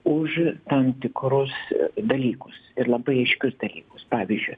už tam tikrus dalykus ir labai aiškius dalykus pavyzdžiui